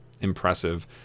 impressive